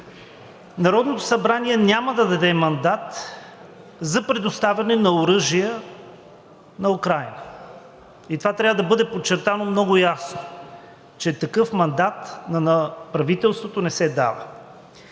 Народното събрание няма да даде мандат за предоставяне на оръжия на Украйна. И това трябва да бъде подчертано много ясно – че такъв мандат на правителството не се дава.